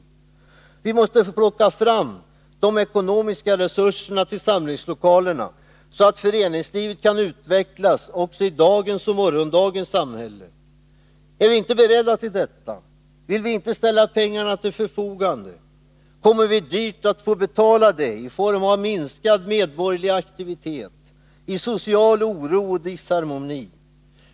Vi måste plocka fram de ekonomiska resurser som behövs för samlingslokalerna, så att föreningslivet kan utvecklas också i dagens och morgondagens samhälle. Är vi inte beredda till detta, vill vi inte ställa pengarna till förfogande, kommer vi dyrt att få betala detta i form av minskad medborgerlig aktivitet, social oro och disharmoni.